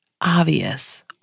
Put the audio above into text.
obvious